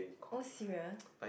oh serious